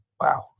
Wow